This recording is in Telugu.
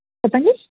చెప్పండి